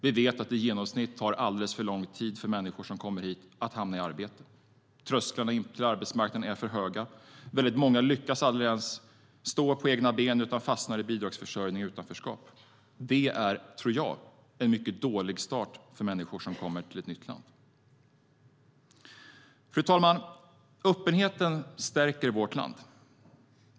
Vi vet att det i genomsnitt tar alldeles för lång tid för människor som kommer hit att komma i arbete. Trösklarna in till arbetsmarknaden är för höga. Väldigt många lyckas aldrig stå på egna ben utan fastnar i bidragsförsörjning och utanförskap. Det är en mycket dålig start för människor som kommer till ett nytt land. Fru talman! Öppenheten stärker vårt land.